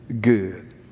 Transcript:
good